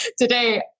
Today